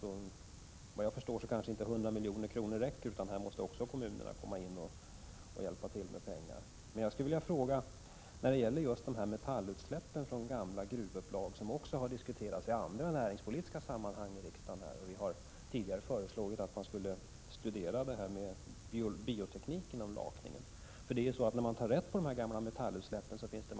Såvitt jag förstår kanske inte 100 milj.kr. räcker. Där måste kanske också kommunerna komma in och hjälpa till med pengar. När det gäller metallutsläppen från gamla gruvupplag, en fråga som har diskuterats också i andra, näringspolitiska sammanhang här i riksdagen, har vi tidigare föreslagit att man skulle studera biotekniken vid lakningen. I gamla metallutsläpp finns det även en mängd av värde att ta vara på.